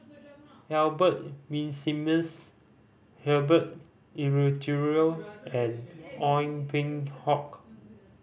Albert Winsemius Herbert Eleuterio and Ong Peng Hock